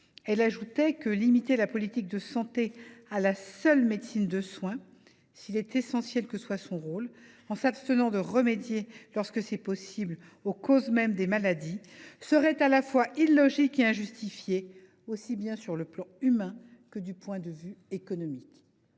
Elle ajoutait que « limiter la politique de santé à la seule médecine de soins – si essentiel que soit son rôle – en s’abstenant de remédier, lorsque c’est possible, aux causes mêmes des maladies, serait à la fois illogique et injustifié aussi bien sur le plan humain que du point de vue économique